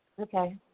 Okay